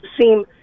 seem